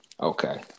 okay